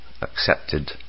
accepted